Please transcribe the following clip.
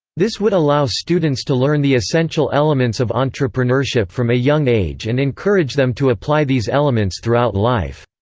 this would allow students to learn the essential elements of entrepreneurship from a young age and encourage them to apply these elements throughout life.